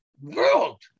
world